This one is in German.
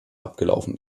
abgelaufen